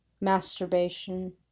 masturbation